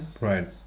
Right